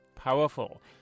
powerful